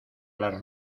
las